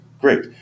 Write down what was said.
great